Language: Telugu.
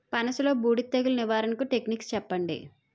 పనస లో బూడిద తెగులు నివారణకు టెక్నిక్స్ చెప్పండి?